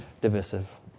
divisive